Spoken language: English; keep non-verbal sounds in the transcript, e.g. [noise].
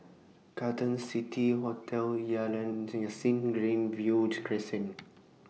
Carlton City Hotel Yalan [unintelligible] Sing Greenview [unintelligible] Crescent